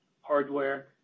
hardware